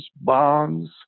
bonds